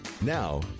now